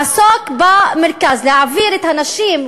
לעסוק במרכז, להעביר את הנשים,